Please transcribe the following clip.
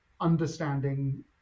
understanding